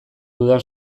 dudan